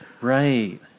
Right